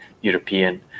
European